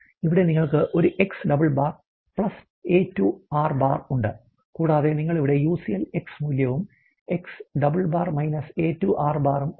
ഇവിടെ നിങ്ങൾക്ക് ഒരു x DOUBLE bar plus a 2 r bar ഉണ്ട് കൂടാതെ നിങ്ങൾ ഇവിടെ UCL എക്സ് മൂല്യവും x DOUBLE bar minus a 2 r bar ഉം ഉണ്ട്